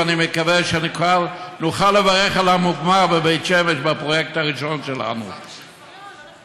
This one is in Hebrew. ואני מקווה שנוכל לברך על המוגמר בפרויקט הראשון שלנו בבית שמש.